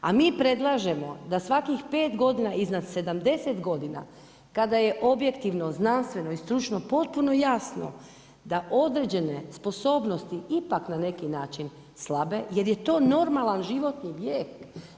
A mi predlažemo da svakih 5 godina iznad 70 godina kada je objektivno, znanstveno i stručno potpuno jasno da određene sposobnosti ipak na neki način slabe jer je to normalan životni vijek.